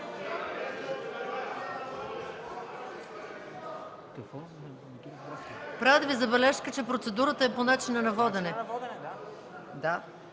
Правят Ви забележка, че процедурата е по начина на водене.